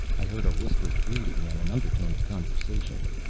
i heard a whispered greeting and an undertone of conversation.